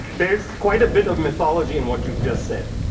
there's quite a bit of mythology in what you've just said.